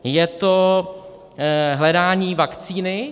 Je to hledání vakcíny?